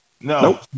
No